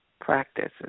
practices